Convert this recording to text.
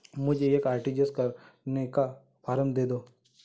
मुझे एक आर.टी.जी.एस करने का फारम दे दो?